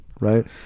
right